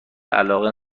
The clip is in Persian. علاقه